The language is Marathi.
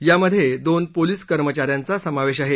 यामधे दोन पोलीस कर्मचा यांचा समावेश आहे